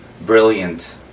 brilliant